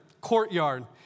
courtyard